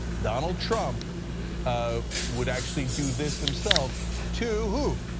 donald trump ah would actually do this himself to who?